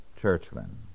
churchmen